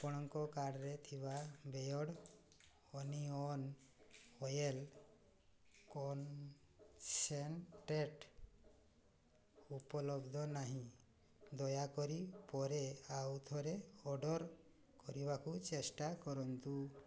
ଆପଣଙ୍କ କାର୍ଡ଼୍ରେ ଥିବା ବେୟର୍ଡ଼ୋ ଓନିଅନ୍ ଅଏଲ୍ କନ୍ସେନ୍ଟ୍ରେଟ୍ ଉପଲବ୍ଧ ନାହିଁ ଦୟାକରି ପରେ ଆଉ ଥରେ ଅର୍ଡ଼ର୍ କରିବାକୁ ଚେଷ୍ଟା କରନ୍ତୁ